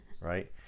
Right